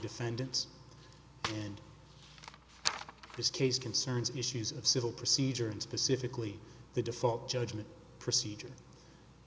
descendants and this case concerns issues of civil procedure and specifically the default judgment procedure